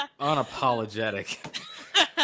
unapologetic